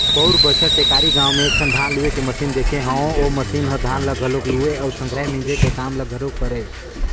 पउर बच्छर टेकारी गाँव में एकठन धान लूए के मसीन देखे हंव ओ मसीन ह धान ल घलोक लुवय अउ संघरा मिंजे के काम ल घलोक करय